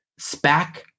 SPAC